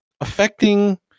affecting